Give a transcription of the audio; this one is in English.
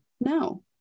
No